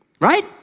right